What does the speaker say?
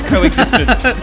coexistence